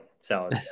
Salad